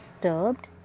disturbed